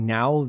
now